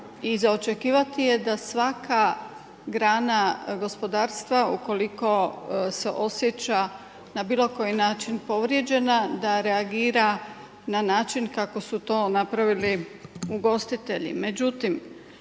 i za očekivati je da svaka grana gospodarstva ukoliko se osjeća na bilo koji način povrijeđena da reagira na način kako su to napravili ugostitelji.